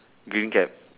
green cap